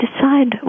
decide